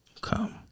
come